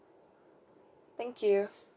thank you